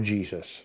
Jesus